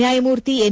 ನ್ಕಾಯಮೂರ್ತಿ N